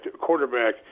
Quarterback